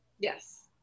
Yes